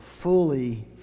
fully